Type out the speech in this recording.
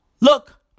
Look